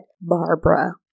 Barbara